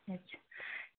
अच्छा